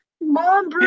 Mom